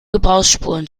gebrauchsspuren